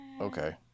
Okay